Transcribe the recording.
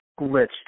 glitched